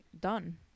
done